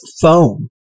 phone